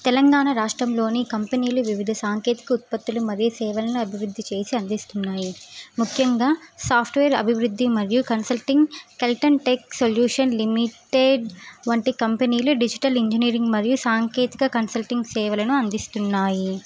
తెలంగాణ రాష్ట్రంలోని కంపెనీలు వివిధ సాంకేతిక ఉత్పత్తులు మరియు సేవలను అభివృద్ధి చేసి అందిస్తున్నాయి ముఖ్యంగా సాఫ్ట్వేర్ అభివృద్ధి మరియు consulting Kelton Tech solution limited వంటి కంపెనీలు డిజిటల్ ఇంజనీరింగ్ మరియు సాంకేతిక కన్సల్టింగ్ సేవలను అందిస్తున్నాయి